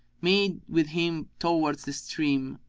made with him towards the stream,